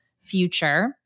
future